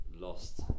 Lost